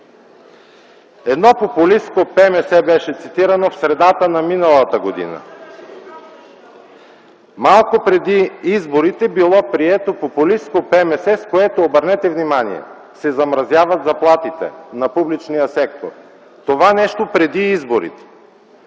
на Министерския съвет от средата на миналата година. Малко преди изборите било прието популистко ПМС, с което, обърнете внимание, се замразяват заплатите на публичния сектор. Това нещо – преди изборите.